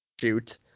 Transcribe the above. shoot